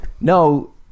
no